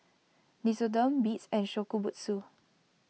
Nixoderm Beats and Shokubutsu